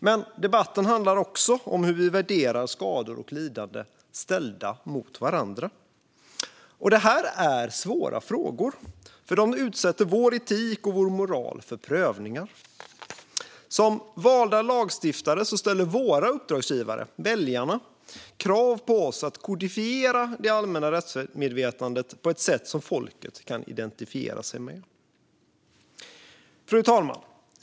Men debatten handlar också om hur vi värderar skador och lidande när de ställs mot varandra. Det här är svåra frågor. De utsätter vår etik och vår moral för prövningar. Som valda lagstiftare ställer våra uppdragsgivare, väljarna, krav på oss att kodifiera det allmänna rättsmedvetandet på ett sätt som folket kan identifiera sig med. Fru talman!